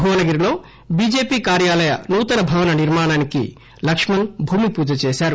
భువనగిరిలో బీజేపీ కార్ఫాలయ నూతన భవన నిర్మాణానికి లక్ష్మణ్ భూమిపూజ చేశారు